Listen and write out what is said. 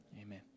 Amen